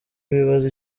bibaza